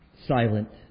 Silent